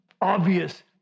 obvious